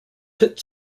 pit